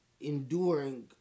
enduring